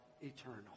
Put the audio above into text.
eternal